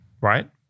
right